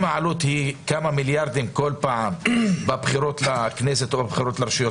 אם העלות היא כמה מיליארדים כל פעם בבחירות לכנסת או בבחירות לרשויות